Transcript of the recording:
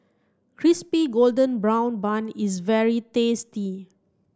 crispy golden brown bun is very tasty